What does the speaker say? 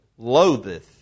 loatheth